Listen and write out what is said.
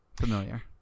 familiar